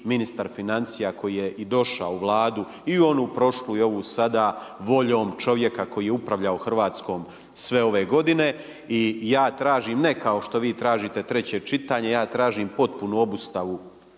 ministar financija koji je i došao u Vladu i u onu prošlu i ovu sada voljom čovjeka koji je upravljao Hrvatskom sve ove godine. I ja tražim, ne kao što vi tražite treće čitanje, ja tražim potpunu obustavu